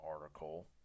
article